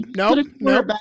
nope